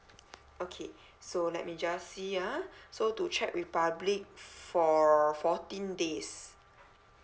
okay so let me just see ah so to czech republic for fourteen days